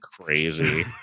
crazy